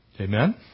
Amen